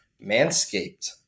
Manscaped